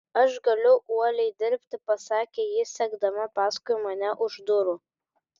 aš galiu uoliai dirbti pasakė ji sekdama paskui mane už durų